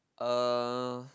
uh